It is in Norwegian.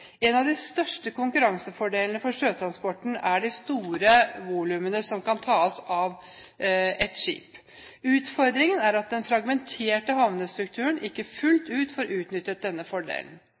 En av de største konkurransefordelene for sjøtransporten er de store volumene som kan tas av ett skip. Utfordringen er at den fragmenterte havnestrukturen ikke fullt ut får utnyttet denne fordelen.